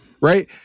Right